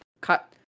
cut